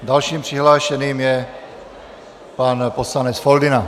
Dalším přihlášeným je pan poslanec Foldyna.